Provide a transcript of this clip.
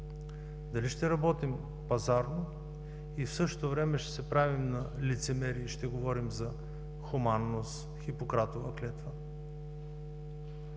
дали ще работим пазарно и в същото време ще се правим на лицемери, и ще говорим за хуманност, за Хипократовата клетва?